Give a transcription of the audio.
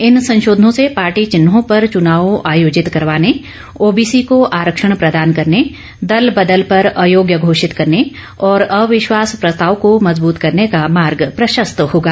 इन संशोधनों से पार्टी चिन्हों पर चुनाव आयोजित करवाने ओबीसी को आरक्षण प्रदान करने दल बदल पर अयोग्य घोषित करने और अविश्वास प्रस्ताव को मजबृत करने का मार्ग प्रशस्त होगा